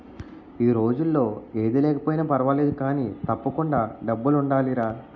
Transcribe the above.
ఈ రోజుల్లో ఏది లేకపోయినా పర్వాలేదు కానీ, తప్పకుండా డబ్బులుండాలిరా